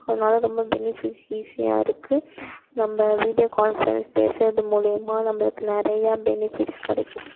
அதனால் ரொம்ப பெனிஃபிட்ஸ் ஈஸியாக இருக்குது நம்ம வீடியோ கான்ஃபரன்ஸ் பேசுவது மூலயமா நம்மளுக்கு நிறையா பெனிஃபிட்ஸ் கிடைக்குது